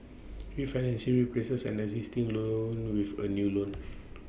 refinancing replaces an existing loan with A new loan